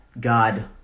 God